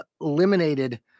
eliminated